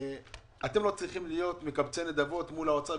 אתם לא צריכים להיות מקבצי נדבות מול האוצר,